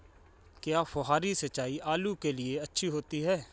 क्या फुहारी सिंचाई आलू के लिए अच्छी होती है?